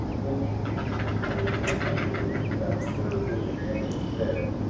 when we reached home my uncle dr. john henry daniel said,